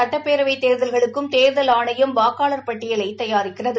சட்டப்பேரவை தேர்தல்களுக்கும் தேர்தல் ஆணையம் வாக்காளர் பட்டியலை தயாரிக்கிறது